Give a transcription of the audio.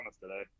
today